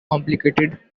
complicated